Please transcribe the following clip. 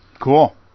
cool